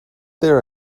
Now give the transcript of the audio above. there